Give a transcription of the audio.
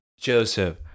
joseph